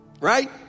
Right